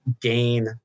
gain